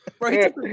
Right